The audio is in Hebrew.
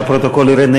שהפרוטוקול יראה,